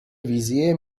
wizje